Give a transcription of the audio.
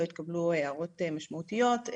לא התקבלו הערות משמעותיות,